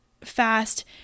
fast